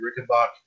Rickenbach